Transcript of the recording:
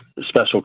special